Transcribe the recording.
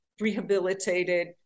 rehabilitated